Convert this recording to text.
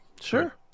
Sure